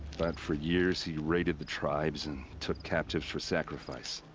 but for years he raided the tribes, and. took captives for sacrifice.